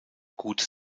gut